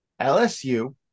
LSU